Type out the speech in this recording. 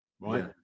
right